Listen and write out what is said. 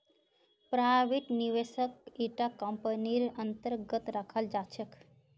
private निवेशकक इटा कम्पनीर अन्तर्गत रखाल जा छेक